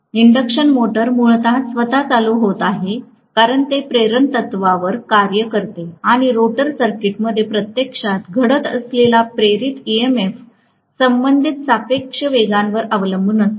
induction motor मूळतः स्वतः चालू होत आहे कारण ते प्रेरण तत्त्वावर कार्य करते आणि रोटर सर्किटमध्ये प्रत्यक्षात घडत असलेला प्रेरित ईएमएफ संबंधित सापेक्ष वेगांवर अवलंबून असतो